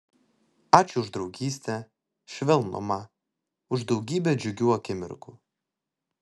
ačiū už draugystę švelnumą už daugybę džiugių akimirkų